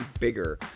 bigger